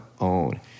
own